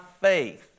faith